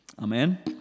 Amen